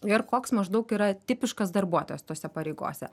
ir koks maždaug yra tipiškas darbuotojas tose pareigose